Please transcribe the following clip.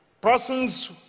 persons